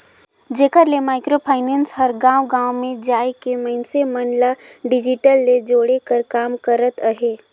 जेकर ले micro finance हर गाँव गाँव में जाए के मइनसे मन ल डिजिटल ले जोड़े कर काम करत अहे